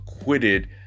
acquitted